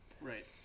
Right